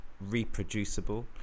reproducible